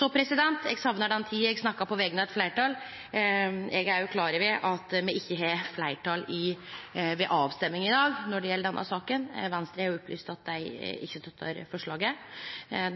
Eg saknar den tida då eg snakka på vegner av eit fleirtal. Eg er klar over at me ikkje har fleirtal ved avrøystinga i dag når det gjeld denne saka. Venstre har jo opplyst at dei ikkje støttar forslaget.